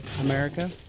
America